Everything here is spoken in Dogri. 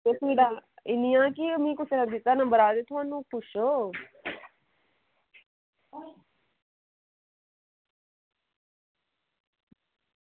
ते इंया की मगी दित्ता कुसै नंबर कि थुहानू पुच्छो